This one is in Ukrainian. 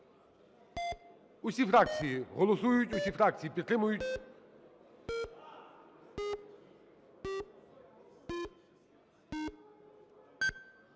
Усі фракції голосують, усі фракції підтримують.